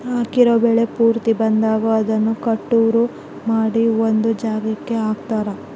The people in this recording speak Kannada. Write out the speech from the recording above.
ಹಾಕಿರೋ ಬೆಳೆ ಪೂರ್ತಿ ಬಂದಾಗ ಅದನ್ನ ಕಟಾವು ಮಾಡಿ ಒಂದ್ ಜಾಗಕ್ಕೆ ಹಾಕ್ತಾರೆ